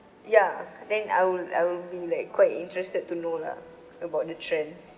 ya then I'll I'll be like quite interested to know lah about the trend